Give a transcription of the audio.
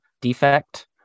defect